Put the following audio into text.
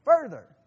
further